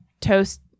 Toast